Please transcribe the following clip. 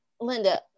Linda